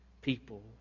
people